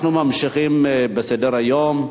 אנחנו ממשיכים בסדר-היום.